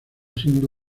siendo